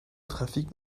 trafic